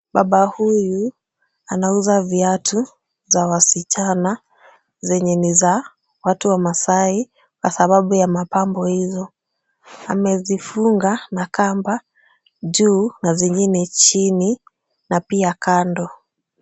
Baba huyu anauza viatu za wasichana zenye ni za watu wa Maasai kwa sababu ya mapambo hizo. Amezifunga na kamba juu na zingine chini na pia kando.